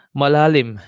malalim